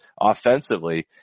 offensively